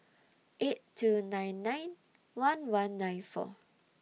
eight two nine nine one one nine four